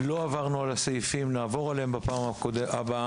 לא עברנו על הסעיפים, נעבור עליהם בפעם הבאה.